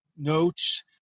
notes